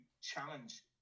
challenge